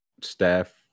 staff